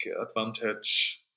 advantage